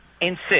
insist